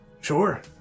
Sure